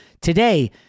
Today